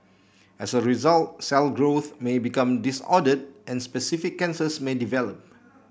as a result cell growth may become disordered and specific cancers may develop